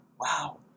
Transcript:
Wow